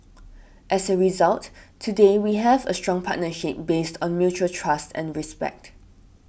as a result today we have a strong partnership based on mutual trust and respect